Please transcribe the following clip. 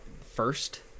first